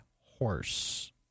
horse